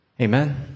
Amen